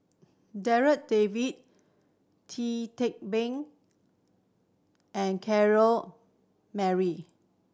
Darryl David Tee Tua Been and Corrinne Mary